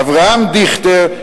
אברהם דיכטר,